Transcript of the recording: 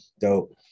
Dope